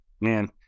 Man